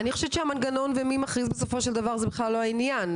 אני חושבת שהמנגנון ומי מכריז בסופו של דבר זה בכלל לא העניין,